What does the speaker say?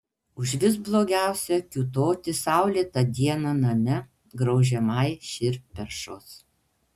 užvis blogiausia kiūtoti saulėtą dieną name graužiamai širdperšos